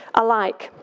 alike